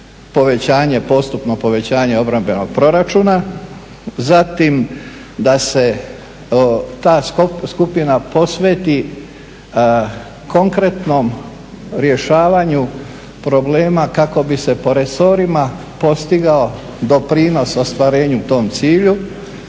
postupno povećanje obrambenog proračuna, zatim da se ta skupina posveti konkretnom rješavanju problema kako bi se po resorima postigao doprinos ostvarenju tom cilju